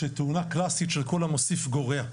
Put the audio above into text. תאונה קלאסית של כל המוסיף גורע.